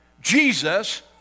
Jesus